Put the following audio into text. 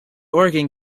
organ